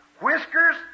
whiskers